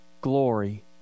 glory